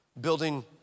building